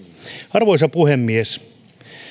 arvoisa puhemies